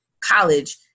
college